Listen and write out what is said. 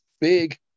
Big